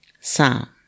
Psalm